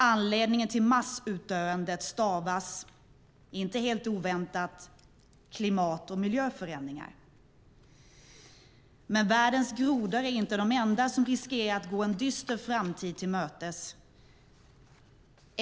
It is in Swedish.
Anledningen till massutdöendet stavas, inte helt oväntat, klimat och miljöförändringar. Världens grodor är dock inte de enda som riskerar att gå en dyster framtid till mötes på grund av klimatförändringarna.